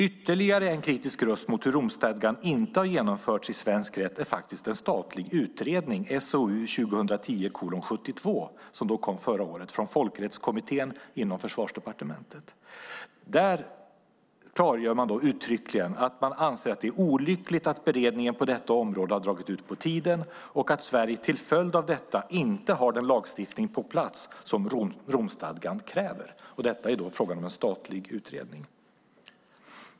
Ytterligare en kritisk röst mot att Romstadgan inte har genomförts i svensk rätt är faktiskt en statlig utredning, SOU 2010:72, som kom förra året från Folkrättskommittén inom Försvarsdepartementet. Där klargör man uttryckligen att man anser att det är olyckligt att beredningen på detta område har dragit ut på tiden och att Sverige till följd av detta inte har den lagstiftning på plats som Romstadgan kräver. Detta är då fråga om en statlig utredning.